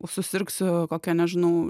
susirgsiu kokia nežinau